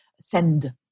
send